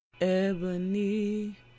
Ebony